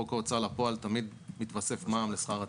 בחוק ההוצאה לפועל תמיד מתווסף מע"מ לשכר הטרחה.